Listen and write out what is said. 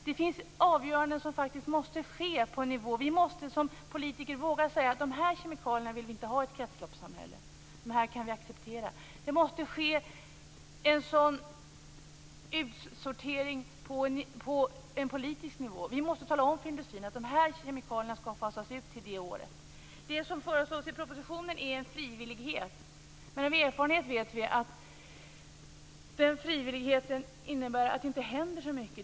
Det finns avgöranden som faktiskt måste ske på en annan nivå. Vi måste som politiker våga säga att de här kemikalierna vill vi inte ha i ett kretsloppssamhälle, de här kan vi acceptera. Det måste ske en sådan utsortering på en politisk nivå. Vi måste tala om för industrin att de här kemikalierna skall fasas ut till det året. Det som föreslås i propositionen är en frivillighet. Men av erfarenhet vet vi att den frivilligheten innebär att det inte händer så mycket.